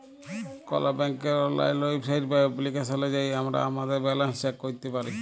call ব্যাংকের অললাইল website বা এপ্লিকেশলে যাঁয়ে আমরা আমাদের ব্যাল্যাল্স চ্যাক ক্যইরতে পারি